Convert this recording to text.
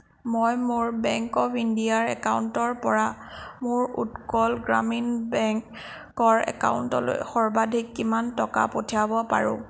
মই মোৰ bank of ইণ্ডিয়াৰ একাউণ্টৰ পৰা মোৰ উৎকল গ্ৰামীণ বেংকৰ একাউণ্টলৈ সৰ্বাধিক কিমান টকা পঠিয়াব পাৰো